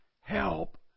help